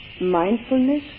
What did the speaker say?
Mindfulness